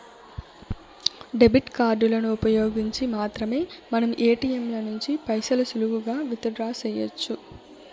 debit కార్డులను ఉపయోగించి మాత్రమే మనం ఏటియంల నుంచి పైసలు సులువుగా విత్ డ్రా సెయ్యొచ్చు